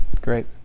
great